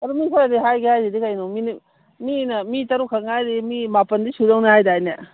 ꯑꯗꯨ ꯃꯤ ꯈꯔꯗꯤ ꯍꯥꯏꯒꯦ ꯍꯥꯏꯔꯤꯁꯤꯗꯤ ꯀꯩꯅꯣ ꯃꯤꯅ ꯃꯤ ꯇꯔꯨꯛ ꯈꯛ ꯉꯥꯏꯔꯤ ꯃꯤ ꯃꯥꯄꯜꯗꯤ ꯁꯨꯗꯧꯅꯤ ꯍꯥꯏꯗꯥꯏꯅꯦ